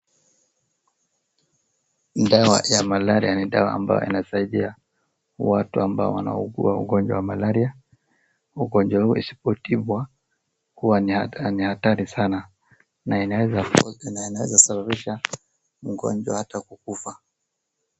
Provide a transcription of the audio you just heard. Dawa ya malaria ni dawa ambayo inasaidia watu ambao Wanaugua ugonjwa wa malaria , ugonjwa huo huwezi kutibiwa huwa ni hatari sana na inaeza sababisha mgojwa ata kukufa.